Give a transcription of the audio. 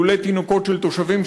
לולי תינוקות של תושבים,